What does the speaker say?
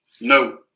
No